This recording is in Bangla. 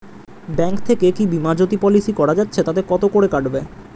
ব্যাঙ্ক থেকে কী বিমাজোতি পলিসি করা যাচ্ছে তাতে কত করে কাটবে?